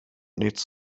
nichts